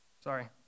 Sorry